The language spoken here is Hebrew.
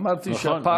ואמרתי שהפערים,